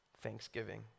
thanksgiving